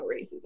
racism